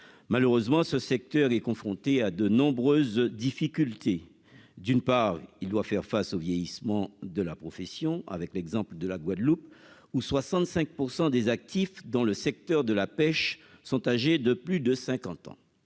malheureusement, ce secteur est confronté à de nombreuses difficultés, d'une part, il doit faire face au vieillissement de la profession avec l'exemple de la Guadeloupe, où 65 % des actifs dans le secteur de la pêche sont âgés de plus de 50 ans